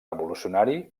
revolucionari